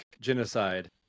genocide